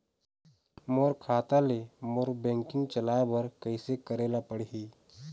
मोर खाता ले मोर बैंकिंग चलाए बर कइसे करेला पढ़ही?